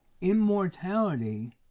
immortality